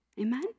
Amen